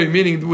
Meaning